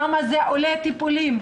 כמה עולים הטיפולים,